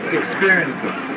experiences